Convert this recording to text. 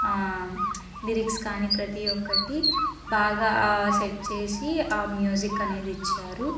lyrics కానీ ప్రతి ఒక్కటి బాగా సెట్ చేసి ఆ మ్యూజిక్ అనేది ఇచ్చారు